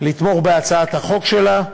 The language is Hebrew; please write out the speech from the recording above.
לתמוך בהצעת החוק שלה.